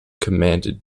commanded